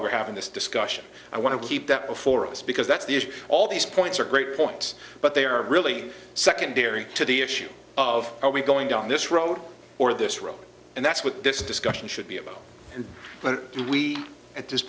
we're having this discussion i want to keep that before us because that's the issue all these points are great points but they are really secondary to the issue of are we going down this road or this road and that's what this discussion should be about and what